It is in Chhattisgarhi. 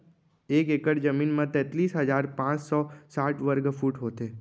एक एकड़ जमीन मा तैतलीस हजार पाँच सौ साठ वर्ग फुट होथे